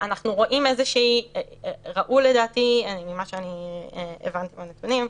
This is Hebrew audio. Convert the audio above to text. ראו לדעתי, ממה שהבנתי מהנתונים,